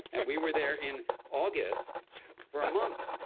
and we were there in august for a month